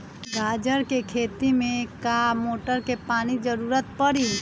गाजर के खेती में का मोटर के पानी के ज़रूरत परी?